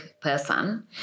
person